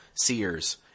seers